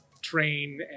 train